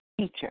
teacher